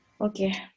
okay